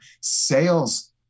Sales